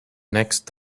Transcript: next